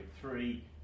three